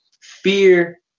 fear